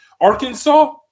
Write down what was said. Arkansas